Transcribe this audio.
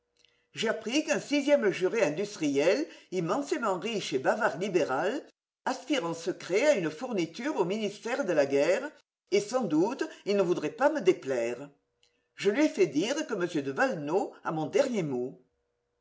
j'ai appris qu'un sixième juré industriel immensément riche et bavard libéral aspire en secret à une fourniture au ministère de la guerre et sans doute il ne voudrait pas me déplaire je lui ai fait dire que m de valenod a mon dernier mot